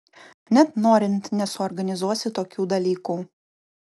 net norint nesuorganizuosi tokių dalykų